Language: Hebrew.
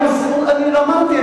אני אמרתי,